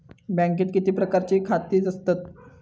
बँकेत किती प्रकारची खाती असतत?